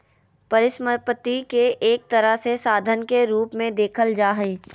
परिसम्पत्ति के एक तरह से साधन के रूप मे देखल जा हय